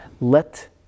Let